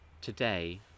Today